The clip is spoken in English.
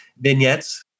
vignettes